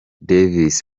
davis